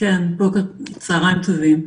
צוהריים טובים.